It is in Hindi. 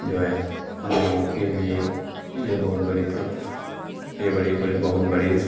जो हैं हम लोगों के लिए यह बहुत बड़ी यह बड़ी बड़ी बहुत बड़ी